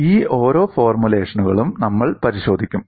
ഈ ഓരോ ഫോർമുലേഷനുകളും നമ്മൾ പരിശോധിക്കും